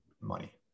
money